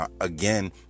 Again